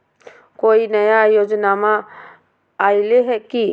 कोइ नया योजनामा आइले की?